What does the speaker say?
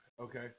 Okay